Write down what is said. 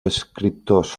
escriptors